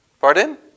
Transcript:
Pardon